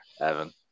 Evan